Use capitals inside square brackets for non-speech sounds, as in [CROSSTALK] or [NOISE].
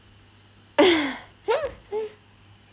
[LAUGHS]